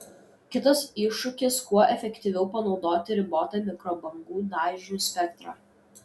kitas iššūkis kuo efektyviau panaudoti ribotą mikrobangų dažnių spektrą